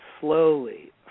slowly